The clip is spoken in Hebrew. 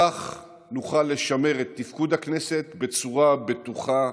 כך נוכל לשמר את תפקוד הכנסת בצורה בטוחה.